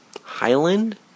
Highland